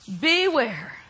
beware